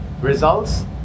results